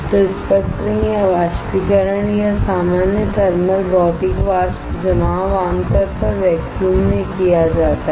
तो स्पटरिंग या वाष्पीकरण या सामान्य थर्मल भौतिक वाष्प जमाव आमतौर पर वैक्यूम में किया जाता है